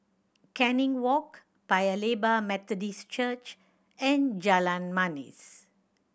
Canning Walk Paya Lebar Methodist Church and Jalan Manis